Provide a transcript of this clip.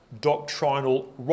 doctrinal